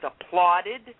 applauded